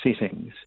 settings